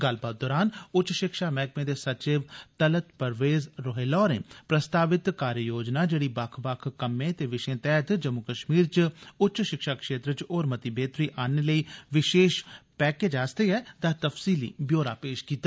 गल्लबात दौरान उच्च शिक्षा मैहकमे दे सचिव तलत परवेज़ रोहेल्ला होरें प्रस्तावित कार्य योजना जेड़ी बक्ख बक्ख कम्मे ते विषयें तैहत जम्मू कश्मीर च उच्च शिक्षा क्षेत्र च होर मती बेहतरी आनने लेई विशेष पैकेज आस्तै ऐ दा तफसीली ब्योरा पेश कीता